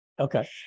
Okay